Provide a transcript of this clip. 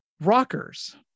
Rockers